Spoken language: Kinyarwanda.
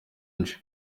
nje